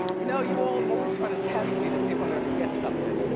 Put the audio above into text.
no, you all always try to test me to see if i'm gonna forget somethin'.